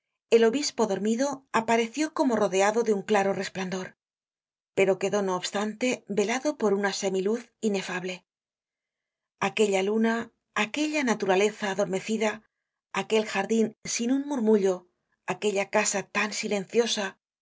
el obispo dormido apareció como rodeado de un claro resplandor pero quedó no obstante velado por una semi luz inefable aquella luna aquella naturaleza adormecida aquel jardin sin un murmullo aquella casa tan silenciosa